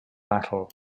battle